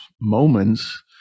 moments